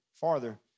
farther